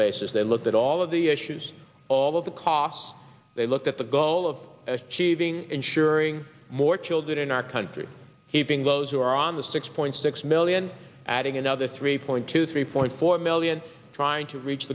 basis they looked at all of the issues all of the costs they look at the goal of achieving ensuring more children in our country heaping those who are on the six point six million adding another three point two three point four million trying to reach